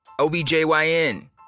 OBJYN